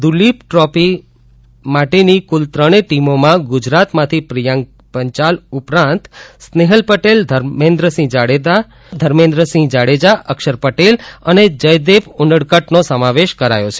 Duleep trophy માટેની કુલ ત્રણેય ટીમોમાં ગુજરાતમાંથી પ્રિયાંક પંચાલ ઉપરતાં સ્નેહલ પટેલ ધર્મેન્દ્રસિંહ જાડેજા અક્ષર પટેલ અને જયદેવ ઉનડકટનો સમાવેશ કરાયો છે